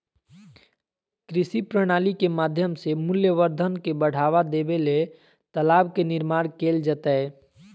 कृषि प्रणाली के माध्यम से मूल्यवर्धन के बढ़ावा देबे ले तालाब के निर्माण कैल जैतय